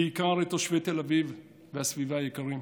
בעיקר את תושבי תל אביב והסביבה היקרים,